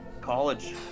college